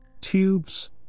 Tubes